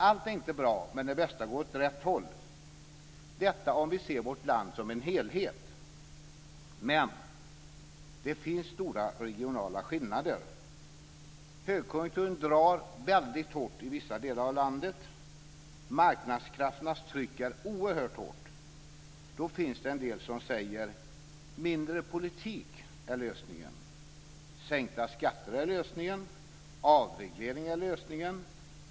Allt är inte bra, men det mesta går åt rätt håll - detta om vi ser vårt land som en helhet. Men det finns stora regionala skillnader. Högkonjunkturen drar väldigt hårt i vissa delar av landet. Marknadskrafternas tryck är oerhört hårt. Då finns det en del som säger: Mindre politik är lösningen. Sänkta skatter är lösningen. Avreglering är lösningen.